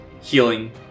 healing